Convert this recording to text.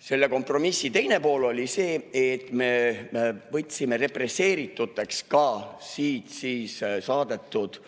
Selle kompromissi teine pool oli see, et me [arvasime] represseeritute hulka ka siit saadetud